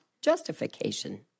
justification